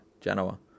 Genoa